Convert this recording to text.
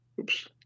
oops